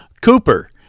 Cooper